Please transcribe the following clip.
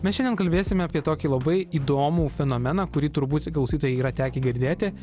mes šiandien kalbėsime apie tokį labai įdomų fenomeną kurį turbūt klausytojai yra tekę girdėti